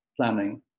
planning